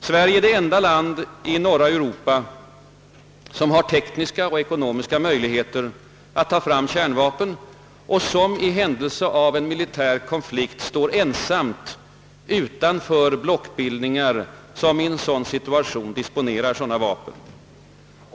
Sverige är det enda land i norra Europa som har tekniska och ekonomiska möjligheter att ta fram kärnvapen och som i händelse av en militär konflikt står ensamt utanför blockbildningar som i en dylik situation disponerar sådana vapen.